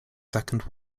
second